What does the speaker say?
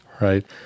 Right